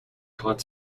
hot